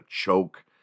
choke